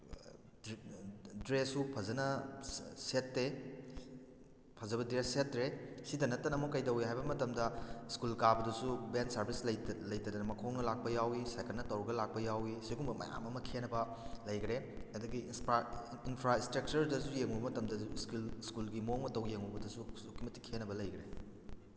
ꯗ꯭ꯔꯦꯁꯁꯨ ꯐꯖꯅ ꯁꯦꯠꯇꯦ ꯐꯖꯕ ꯗ꯭ꯔꯦꯁ ꯁꯦꯠꯇ꯭ꯔꯦ ꯁꯤꯇ ꯅꯠꯇꯅ ꯑꯃꯨꯛ ꯀꯩꯗꯧꯏ ꯍꯥꯏꯕ ꯃꯇꯝꯗ ꯁ꯭ꯀꯨꯜ ꯀꯥꯕꯗꯁꯨ ꯚꯦꯟ ꯁꯥꯔꯚꯤꯁ ꯂꯩꯇꯗꯅ ꯃꯈꯣꯡꯅ ꯂꯥꯛꯄ ꯌꯥꯎꯏ ꯁꯥꯏꯀꯜꯅ ꯇꯧꯔꯒ ꯂꯥꯛꯄ ꯌꯥꯎꯏ ꯑꯁꯤꯒꯨꯝꯕ ꯃꯌꯥꯝ ꯑꯃ ꯈꯦꯠꯅꯕ ꯂꯩꯈꯔꯦ ꯑꯗꯨꯗꯒꯤ ꯏꯟꯐ꯭ꯔꯥꯏꯁꯇ꯭ꯔꯛꯆꯔꯗꯁꯨ ꯌꯦꯡꯉꯨꯕ ꯃꯇꯝꯗꯁꯨ ꯁ꯭ꯀꯨꯜꯒꯤ ꯃꯑꯣꯡ ꯃꯇꯧ ꯌꯦꯡꯉꯨꯕꯗꯁꯨ ꯑꯗꯨꯛꯀꯤ ꯃꯇꯤꯛ ꯈꯦꯅꯕ ꯂꯩꯈꯔꯦ